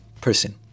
Person